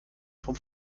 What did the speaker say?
vom